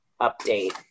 update